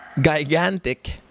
gigantic